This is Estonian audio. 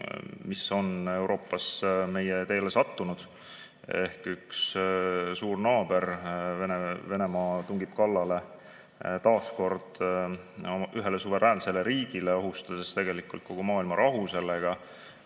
mis on Euroopas meie teele sattunud, et üks suur naaber, Venemaa, tungib kallale taas kord ühele suveräänsele riigile, ohustades sellega tegelikult kogu maailma rahu,